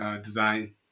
design